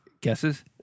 guesses